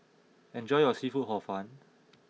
enjoy your Seafood Hor Fun